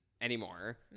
anymore